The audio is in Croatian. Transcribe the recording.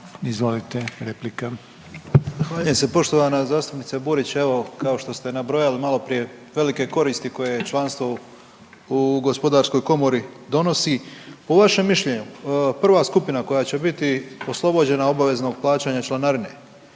(HDZ)** Zahvaljujem se. Poštovana zastupnice Burić. Evo kao što ste nabrojali maloprije velike koristi koje članstvo u HGK-u donosi, po vašem mišljenju prva skupina koja će biti oslobođena obavezanog plaćanja članarine,